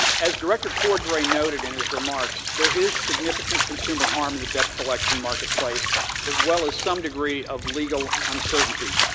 as director cordray noted in his remarks, there is significant consumer harm in the debt collection marketplace as well as some degree of legal uncertainty.